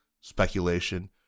speculation